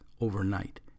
overnight